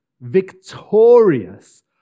victorious